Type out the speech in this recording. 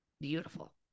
Beautiful